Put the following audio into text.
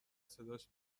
صداش